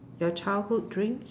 your childhood dreams